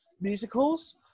musicals